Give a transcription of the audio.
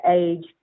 age